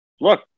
Look